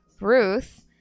Ruth